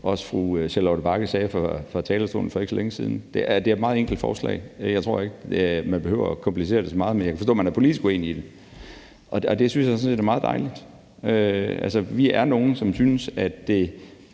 også fru Charlotte Bagge Hansen sagde fra talerstolen for ikke så længe siden. Det er et meget enkelt forslag, og jeg tror ikke, at man behøver at komplicere det så meget, men jeg kan forstå, at man er politisk uenig i det, og det synes jeg sådan set er meget dejligt. Altså, vi er nogle, som synes, at det